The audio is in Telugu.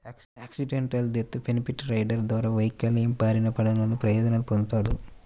యాక్సిడెంటల్ డెత్ బెనిఫిట్ రైడర్ ద్వారా వైకల్యం బారిన పడినవాళ్ళు ప్రయోజనాలు పొందుతాడు